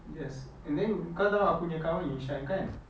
yes and then kau tahu aku punya kawan inshan kan